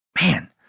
Man